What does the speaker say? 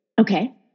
Okay